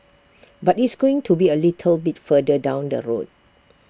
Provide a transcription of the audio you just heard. but it's going to be A little bit further down the road